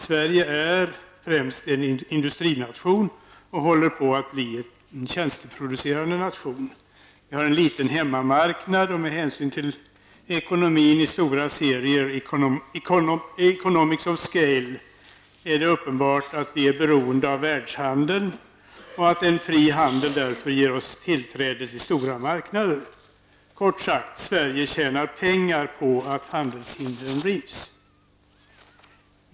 Sverige är främst en industrination och håller på att bli en tjänsteproducerande nation. Vi har en liten hemmamarknad och med hänsyn till ekonomin i stora serier -- economics of scale -- är det uppenbart att vi är beroende av världshandeln och att en fri handel därför ger oss tillträde till stora marknader. Kort sagt, Sverige tjänar pengar på att handelshindren rivs.